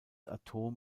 atom